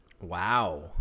Wow